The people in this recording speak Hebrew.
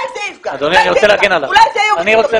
כל פעם